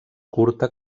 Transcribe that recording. curta